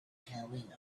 carrying